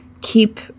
keep